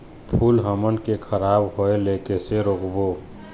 फूल हमन के खराब होए ले कैसे रोकबो?